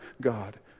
God